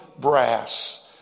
brass